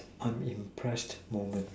I'm impressed moment